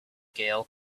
girl